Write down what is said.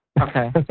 Okay